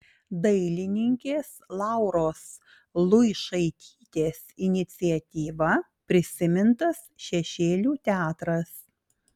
dailininkės lauros luišaitytės iniciatyva prisimintas šešėlių teatras